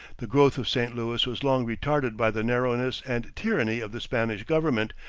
the growth of st. louis was long retarded by the narrowness and tyranny of the spanish government,